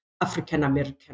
African-American